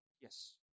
Yes